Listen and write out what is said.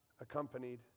accompanied